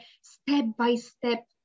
step-by-step